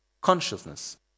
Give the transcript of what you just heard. consciousness